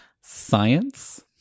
Science